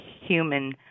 human